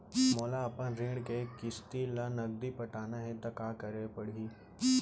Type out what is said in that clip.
मोला अपन ऋण के किसती ला नगदी पटाना हे ता का करे पड़ही?